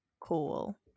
cool